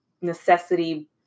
necessity